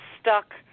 stuck